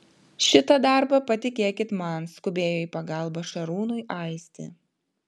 šitą darbą patikėkit man skubėjo į pagalbą šarūnui aistė